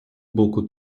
боку